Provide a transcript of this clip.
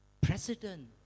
President